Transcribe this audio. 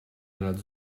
nella